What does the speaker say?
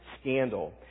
scandal